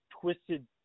twisted